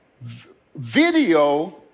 video